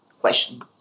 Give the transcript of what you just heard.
question